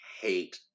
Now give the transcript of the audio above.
hate